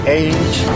age